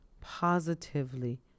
positively